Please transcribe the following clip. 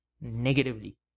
negatively